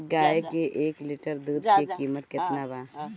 गाए के एक लीटर दूध के कीमत केतना बा?